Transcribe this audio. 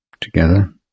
together